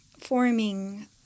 forming